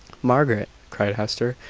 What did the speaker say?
margaret! cried hester,